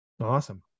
Awesome